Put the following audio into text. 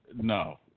No